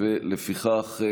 לפיכך,